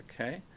Okay